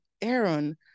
Aaron